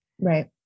right